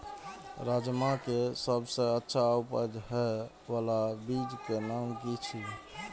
राजमा के सबसे अच्छा उपज हे वाला बीज के नाम की छे?